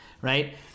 Right